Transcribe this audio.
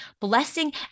blessing